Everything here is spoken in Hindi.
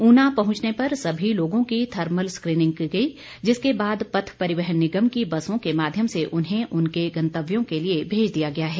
ऊना पहुंचने पर सभी लोगों की थर्मल स्क्रीनिंग की गई जिसके बाद पथ परिवहन निगम की बसों के माध्यम से उन्हें उनके गंतव्यों के लिए भेज दिया गया है